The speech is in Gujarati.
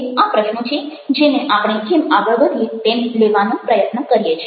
આ પ્રશ્નો છે જેને આપણે જેમ આગળ વધીએ તેમ લેવાનો પ્રયત્ન કરીએ છીએ